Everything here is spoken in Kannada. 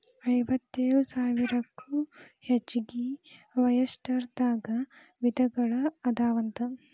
ಐವತ್ತೇಳು ಸಾವಿರಕ್ಕೂ ಹೆಚಗಿ ಒಯಸ್ಟರ್ ದಾಗ ವಿಧಗಳು ಅದಾವಂತ